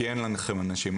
כי אין לכם אנשים.